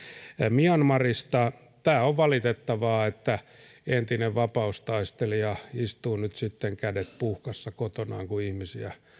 myanmarista tämä on valitettavaa että entinen vapaustaistelija istuu nyt sitten kädet puuhkassa kotonaan kun ihmisiä